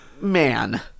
man